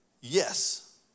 Yes